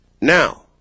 Now